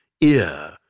ear